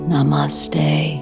Namaste